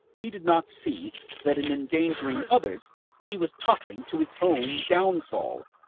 he did not see that in endangering others he was tottering to his own downfall.